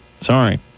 Sorry